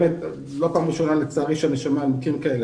לא פעם ראשונה שלצערי אני שומע על מקרים כאלה